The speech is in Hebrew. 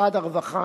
משרד הרווחה,